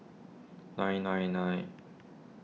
nine nine nine